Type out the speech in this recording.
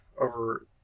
over